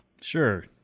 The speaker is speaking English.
Sure